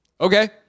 okay